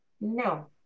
No